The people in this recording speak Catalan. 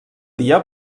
dia